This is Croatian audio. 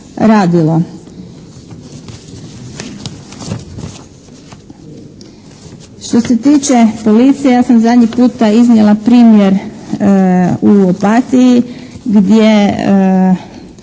Što se tiče policije ja sam zadnji puta iznijela primjer u Opatiji gdje